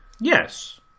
yes